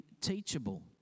teachable